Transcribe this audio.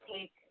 take